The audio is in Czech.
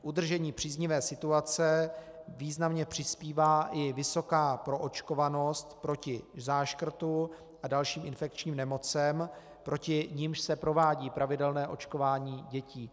K udržení příznivé situace významně přispívá i vysoká proočkovanost proti záškrtu a dalším infekčním nemocem, proti nimž se provádí pravidelné očkování dětí.